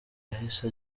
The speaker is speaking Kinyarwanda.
yahise